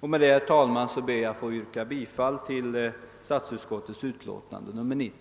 Med det anförda ber jag, herr talman, att få yrka bifall till statsutskottets hemställan i dess utlåtande nr 90.